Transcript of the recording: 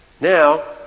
Now